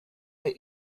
der